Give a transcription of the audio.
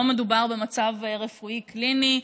לא מדובר במצב רפואי קליני,